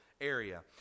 area